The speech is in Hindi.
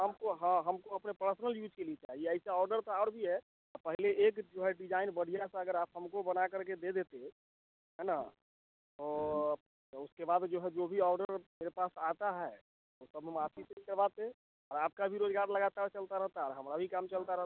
हमको हाँ हमको अपने पर्सनल यूज के लिए चाहिए ऐसा ऑर्डर तो और भी है पहले एक जो है डिजाइन बढ़िया सा अगर आप हमको बनाकर के दे देते है ना तो उसके बाद जो है जो भी ऑर्डर मेरे पास आता है वह सब हम आप ही से करवाते और आपका भी रोज़गार लगातार चलता रहता और हमारा भी काम चलता रहता